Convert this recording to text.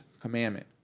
commandment